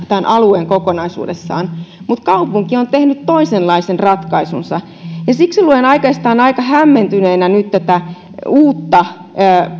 tämän alueen kehittämiseen kokonaisuudessaan mutta kaupunki on tehnyt toisenlaisen ratkaisunsa ja siksi luen oikeastaan aika hämmentyneenä nyt tätä uutta